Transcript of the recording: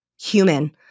human